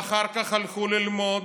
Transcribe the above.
ואחר כך הלכו ללמוד,